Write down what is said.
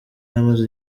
amaze